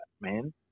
man